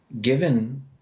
given